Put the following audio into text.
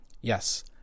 Yes